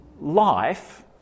life